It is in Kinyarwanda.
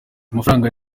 amafaranga